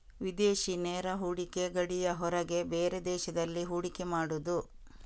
ವಿದೇಶಿ ನೇರ ಹೂಡಿಕೆ ಗಡಿಯ ಹೊರಗೆ ಬೇರೆ ದೇಶದಲ್ಲಿ ಹೂಡಿಕೆ ಮಾಡುದು